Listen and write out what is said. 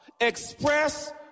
Express